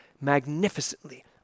magnificently